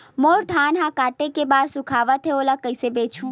मोर धान ह काटे के बाद सुखावत हे ओला कइसे बेचहु?